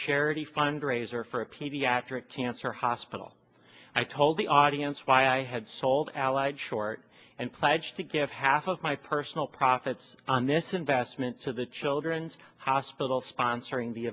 charity fundraiser for a pediatric cancer hospital i told the audience why i had sold allied short and pledged to give half of my personal profits on this investment to the children's hospital sponsoring the